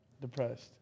Depressed